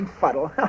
fuddle